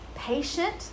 Patient